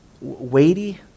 weighty